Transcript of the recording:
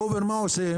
ה-Uber, מה הוא עושה?